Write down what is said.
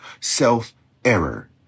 self-error